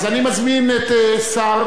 אז אני מזמין את שר,